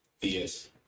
Yes